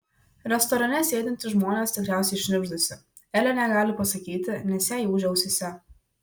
restorane sėdintys žmonės tikriausiai šnibždasi elė negali pasakyti nes jai ūžia ausyse